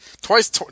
Twice